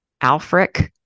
Alfric